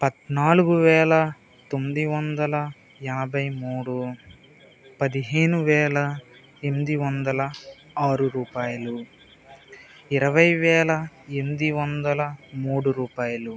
పద్నాలుగు వేల తొమ్మిది వందల యాభై మూడు పదిహేను వేల ఎనిమిది వందల ఆరు రూపాయలు ఇరవై వేల ఎనిమిది వందల మూడు రూపాయలు